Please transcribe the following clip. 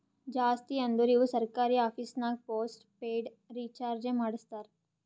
ಜಾಸ್ತಿ ಅಂದುರ್ ಇವು ಸರ್ಕಾರಿ ಆಫೀಸ್ನಾಗ್ ಪೋಸ್ಟ್ ಪೇಯ್ಡ್ ರೀಚಾರ್ಜೆ ಮಾಡಸ್ತಾರ